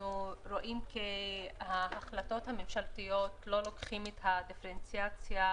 אנחנו רואים שהמחלקות הממשלתיות לא לוקחות את הדיפרנציאציה,